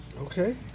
Okay